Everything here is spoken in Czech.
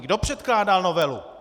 Kdo předkládal novelu?